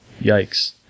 yikes